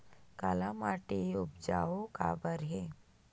काला माटी उपजाऊ काबर हे?